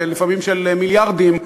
לפעמים של מיליארדים,